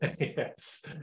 Yes